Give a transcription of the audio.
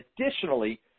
Additionally